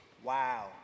Wow